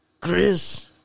Chris